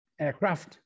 aircraft